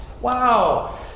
Wow